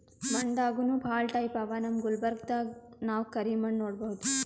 ಮಣ್ಣ್ ದಾಗನೂ ಭಾಳ್ ಟೈಪ್ ಅವಾ ನಮ್ ಗುಲ್ಬರ್ಗಾದಾಗ್ ನಾವ್ ಕರಿ ಮಣ್ಣ್ ನೋಡಬಹುದ್